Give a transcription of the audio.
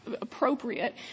appropriate